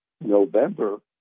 November